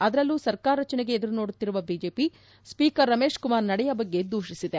ಅದರಲ್ಲೂ ಸರ್ಕಾರ ರಚನೆಗೆ ಎದುರು ನೋಡುತ್ತಿರುವ ಬಿಜೆಪಿ ಸ್ವೀಕರ್ ರಮೇಶ್ ಕುಮಾರ್ ನಡೆಯ ಬಗ್ಗೆ ದೂಷಿಸಿದೆ